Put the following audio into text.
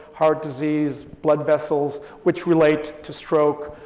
heart disease, blood vessels which relate to stroke,